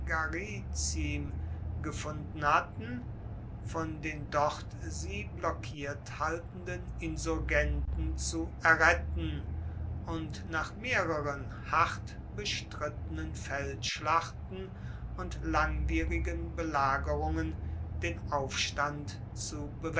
gefunden hatten von den dort sie blockiert haltenden insurgenten zu erretten und nach mehreren hart bestrittenen feldschlachten und langwierigen belagerungen den aufstand zu